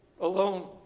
alone